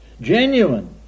Genuine